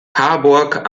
harburg